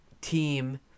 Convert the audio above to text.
team